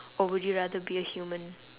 or would you rather be a human